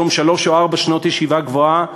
כתום שלוש או ארבע שנות ישיבה גבוהה,